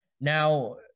Now